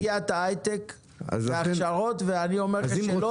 אנחנו כרגע ממוקדים בסוגיית היי-טק וההכשרות ואני אומר לך שלא